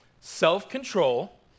self-control